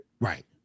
right